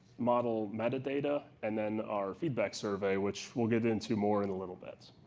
model metadata and then our feedback survey, which we'll get into more in a little bit.